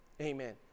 Amen